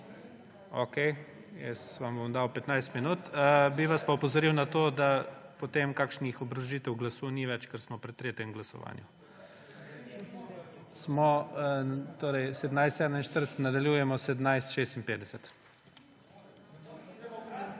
Okej, jaz vam bom dal 15 minut. Bi vas pa opozoril na to, da potem kakšnih obrazložitev glasu ni več, ker smo pri tretjem glasovanju. Torej nadaljujemo 17.56.